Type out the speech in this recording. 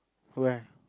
where